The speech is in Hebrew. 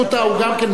הוא גם כן מפריע.